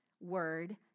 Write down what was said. word